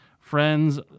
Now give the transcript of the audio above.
Friends